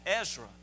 Ezra